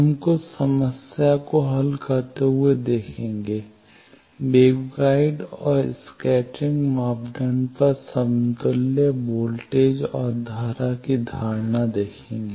हम कुछ समस्या को हल करते हुए देखेंगे वेवगाइड और स्कैटरिंग मापदंडों पर समतुल्य वोल्टेज और धारा धारणा देखेंगे